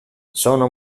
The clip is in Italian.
sono